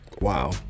Wow